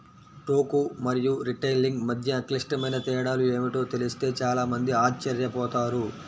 టోకు మరియు రిటైలింగ్ మధ్య క్లిష్టమైన తేడాలు ఏమిటో తెలిస్తే చాలా మంది ఆశ్చర్యపోతారు